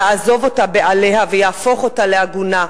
יעזוב אותה בעלה ויהפוך אותה עגונה.